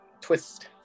Twist